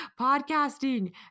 Podcasting